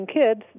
kids